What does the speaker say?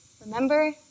remember